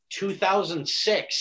2006